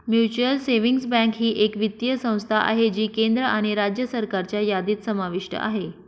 mutual savings bank ही एक वित्तीय संस्था आहे जी केंद्र आणि राज्य सरकारच्या यादीत समाविष्ट आहे